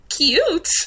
cute